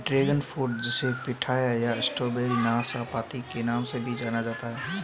dragon fruit जिसे pitaya या strawberry नाशपाती के नाम से भी जाना जाता है